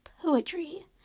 poetry